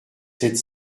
sept